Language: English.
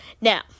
Now